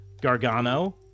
Gargano